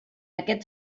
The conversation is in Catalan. aquest